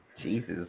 Jesus